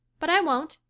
but i won't.